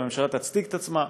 והממשלה תצדיק את עצמה.